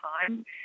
time